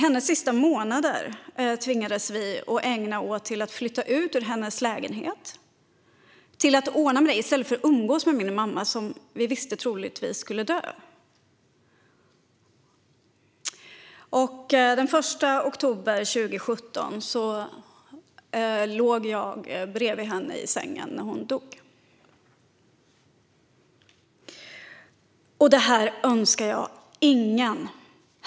Hennes sista månader tvingas vi ägna åt att flytta ut ur hennes lägenhet och ordna med det, i stället för att umgås med min mamma som vi visste troligtvis skulle dö. Den 1 oktober 2017 låg jag bredvid henne i sängen när hon dog. Det här önskar jag ingen.